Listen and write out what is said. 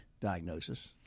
diagnosis